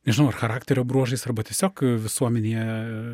nežinau ar charakterio bruožais arba tiesiog visuomenėje